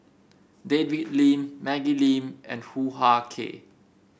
David Lim Maggie Lim and Hoo Ah Kay